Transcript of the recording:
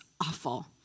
awful